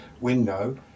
window